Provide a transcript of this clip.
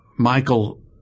Michael